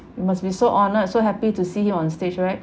you must be so honoured so happy to see him on stage right